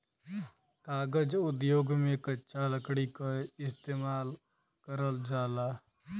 कागज उद्योग में कच्चा लकड़ी क इस्तेमाल करल जाला